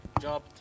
Job